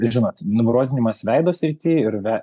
žinot nubrozdinimas veido srity ir ve